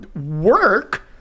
work